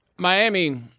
Miami